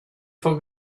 for